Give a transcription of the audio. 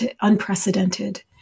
unprecedented